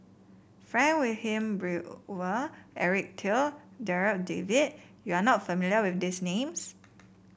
Frank Wilmin Eric Teo Darryl David you are not familiar with these names